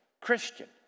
Christian